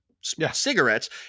cigarettes